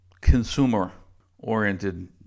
consumer-oriented